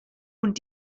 und